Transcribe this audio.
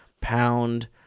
pound